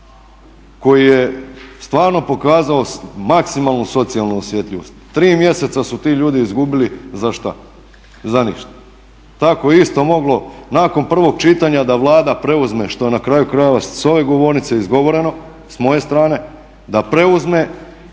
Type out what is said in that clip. koji je stvarno pokazao maksimalnu socijalnu osjetljivost. 3 mjeseca su ti ljudi izgubili za što? Za ništa. Tako je isto moglo nakon prvog čitanja da Vlada preuzme, što na kraju krajeva je s ove govornice izgovoreno s moje strane, da preuzme